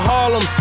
Harlem